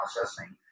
processing